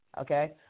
okay